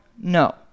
No